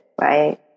right